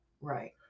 Right